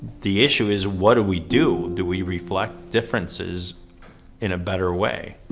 the issue is what do we do? do we reflect differences in a better way?